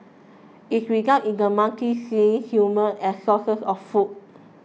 it results in the monkeys seeing humans as sources of food